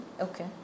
Okay